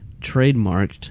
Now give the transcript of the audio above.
trademarked